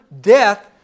death